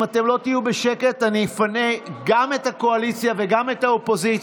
אם אתם לא תהיה בשקט אני אפנה גם את הקואליציה וגם את האופוזיציה.